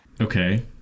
Okay